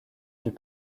dut